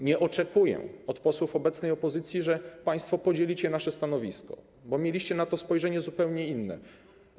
Nie oczekuję od posłów obecnej opozycji, że państwo podzielicie nasze stanowisko, bo mieliście na to zupełnie inne spojrzenie.